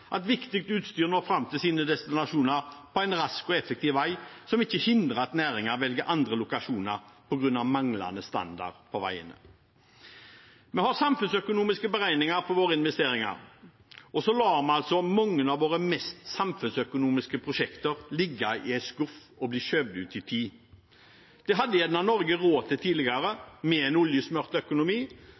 at viktig utstyr når fram til sine destinasjoner på en rask og effektiv vei som hindrer at næringen velger andre lokasjoner på grunn av manglende standard på veiene. Vi har samfunnsøkonomiske beregninger på våre investeringer, og så lar vi altså mange av våre mest samfunnsøkonomisk lønnsomme prosjekter ligge i en skuff og bli skjøvet ut i tid. Det hadde Norge kanskje råd til tidligere, med en oljesmurt økonomi,